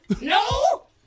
No